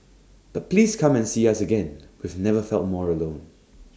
but please come and see us again we've never felt more alone